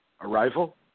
Arrival